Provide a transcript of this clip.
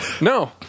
No